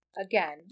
again